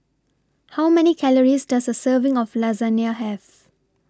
How Many Calories Does A Serving of Lasagne Have